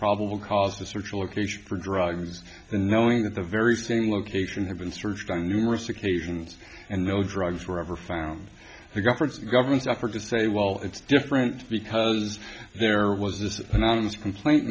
probable cause to search a location for drugs and knowing that the very same location had been searched on numerous occasions and no drugs were ever found who governs the government's effort to say well it's different because there was this anonymous complaint